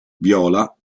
viola